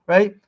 Right